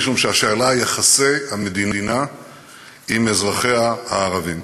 משום שהשאלה היא יחסי המדינה עם אזרחיה הערבים.